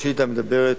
השאילתא מדברת,